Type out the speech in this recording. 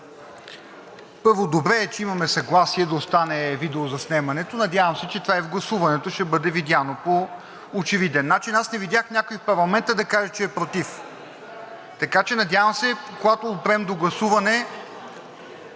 Първо, добре е, че имаме съгласие да остане видеозаснемането. Надявам се, че това и в гласуването ще бъде видяно по очевиден начин. Аз не видях някой в парламента да каже, че е против. Така че, надявам се, когато опрем до гласуване…